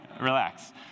relax